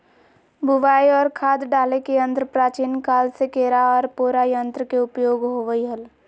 बुवाई आर खाद डाले के यंत्र प्राचीन काल से केरा आर पोरा यंत्र के उपयोग होवई हल